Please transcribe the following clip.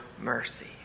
Mercy